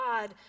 God